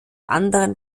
anderen